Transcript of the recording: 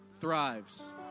thrives